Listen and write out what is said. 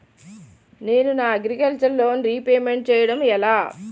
నేను నా agriculture loan repayment చేయడం ఎలా?